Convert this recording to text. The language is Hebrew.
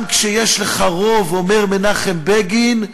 גם כשיש לך רוב, אומר מנחם בגין,